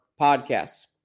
podcasts